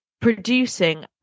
producing